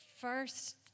first